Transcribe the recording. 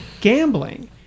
gambling